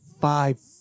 five